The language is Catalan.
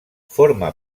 forma